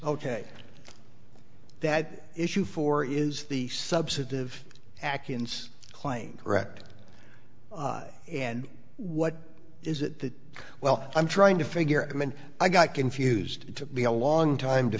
ok that issue four is the subset of actions claim correct and what is it that well i'm trying to figure i mean i got confused it took me a long time to